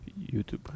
YouTube